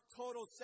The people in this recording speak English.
total